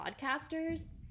podcasters